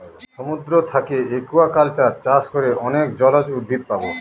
সমুদ্র থাকে একুয়াকালচার চাষ করে অনেক জলজ উদ্ভিদ পাবো